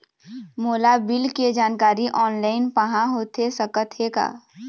मोला बिल के जानकारी ऑनलाइन पाहां होथे सकत हे का?